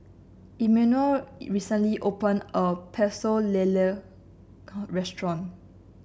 Immanuel recently open a Pecel Lele restaurant